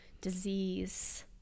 disease